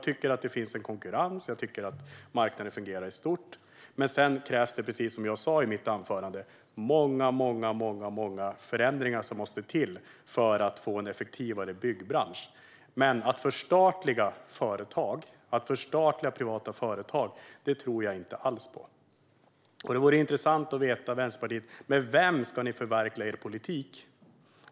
Det finns en konkurrens, och jag tycker att marknaden fungerar i stort, men sedan krävs det - precis som jag sa i mitt anförande - många förändringar för att man ska få en effektivare byggbransch. Men att förstatliga privata företag tror jag inte alls på. Det vore intressant att få veta från Vänsterpartiet: Med vem ska ni förverkliga er politik?